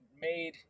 made